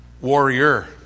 warrior